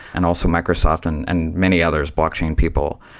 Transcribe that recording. and also microsoft and and many others, blockchain people.